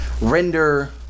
Render